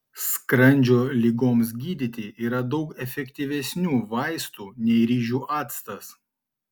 skrandžio ligoms gydyti yra daug efektyvesnių vaistų nei ryžių actas